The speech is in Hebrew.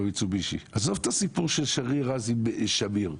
המיצובישי; עזוב את הסיפור של שריר עם שמיר,